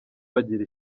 bagira